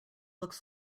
looks